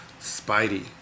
Spidey